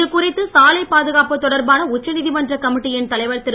இதுகுறித்து சாலை பாதுகாப்பு தொடர்பான உச்ச நீதிமன்ற கமிட்டியின் தலைவர் திரு